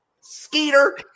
Skeeter